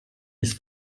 ist